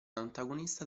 antagonista